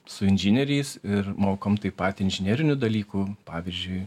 su inžinieriais ir mokom taip pat inžinerinių dalykų pavyzdžiui